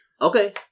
Okay